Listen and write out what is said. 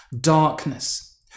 darkness